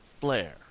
Flair